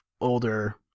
older